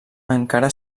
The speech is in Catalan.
encara